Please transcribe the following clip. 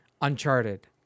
uncharted